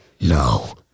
No